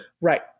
right